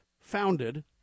founded